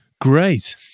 Great